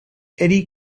eddy